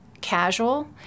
casual